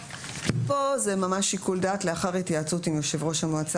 פה זה ממש שיקול דעת לאחר התייעצות עם יושב-ראש המועצה